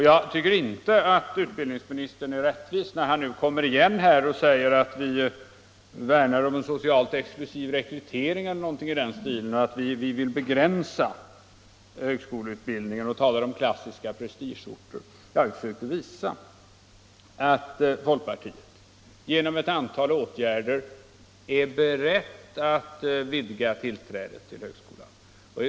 Jag tycker inte att utbildningsministern är rättvis, när han nu kommer igen och påstår att vi värnar om en socialt exklusiv rekrytering och vill begränsa högskoleutbildningen, eller när han talar om klassiska prestigeorter. Jag har försökt visa att folkpartiet genom en rad åtgärder är berett att vidga tillträdet till högskolorna.